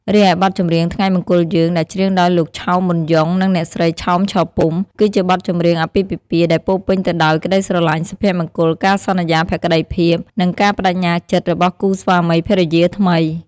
រីឯបទចម្រៀង ថ្ងៃមង្គលយើង ដែលច្រៀងដោយលោក ឆោម ប៊ុនយ៉ុង និងអ្នកស្រី ឆោម ឆពុំ គឺជាបទចម្រៀងអាពាហ៍ពិពាហ៍ដែលពោរពេញទៅដោយ ក្តីស្រឡាញ់ សុភមង្គល ការសន្យាភក្តីភាព និងការប្តេជ្ញាចិត្ត របស់គូស្វាមីភរិយាថ្មី។